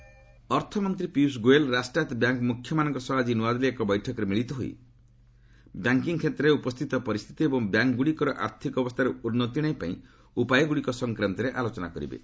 finance minister ଅର୍ଥମନ୍ତ୍ରୀ ପିୟିଷ ଗୋଏଲ୍ ରାଷ୍ଟ୍ରାୟତ bank ମୁଖ୍ୟମାନଙ୍କ ସହ ଆଜି ନୂଆଦିଲ୍ଲୀରେ ଏକ ବୈଠକରେ ମିଳିତ ହୋଇ ବ୍ୟାଙ୍କିଙ୍ଗ୍ କ୍ଷେତ୍ରରେ ଉପସ୍ଥିତ ପରିସ୍ଥିତି ଏବଂ ବ୍ୟାଙ୍କ୍ଗୁଡ଼ିକର ଆର୍ଥିକ ଅବସ୍ଥାରେ ଉନ୍ନତି ଆଶିବା ପାଇଁ ଉପାୟଗୁଡ଼ିକ ସଂକ୍ରାନ୍ତରେ ଆଲୋଚନା କରିବେ